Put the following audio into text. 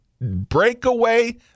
breakaway